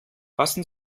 passen